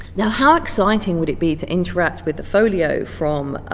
now how exciting would it be to interact with the folio from